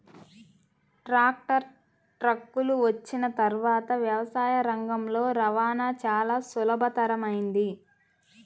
tractor, ట్రక్కులు వచ్చిన తర్వాత వ్యవసాయ రంగంలో రవాణా చాల సులభతరమైంది